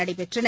நடைபெற்றன